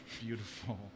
beautiful